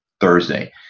Thursday